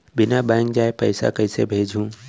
बिना बैंक जाए पइसा कइसे भेजहूँ?